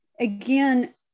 again